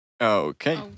Okay